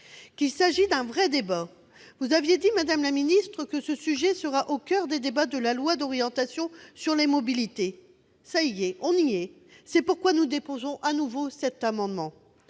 que c'était un véritable débat. Vous aviez indiqué, madame la ministre, que ce sujet serait au coeur des débats de la loi d'orientation sur les mobilités. Ça y est, nous y sommes ! C'est pourquoi nous déposons de nouveau cet amendement.